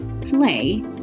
play